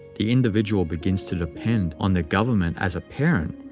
the individual begins to depend on the government as a parent,